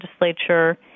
legislature